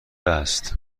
است